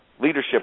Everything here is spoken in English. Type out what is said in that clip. leadership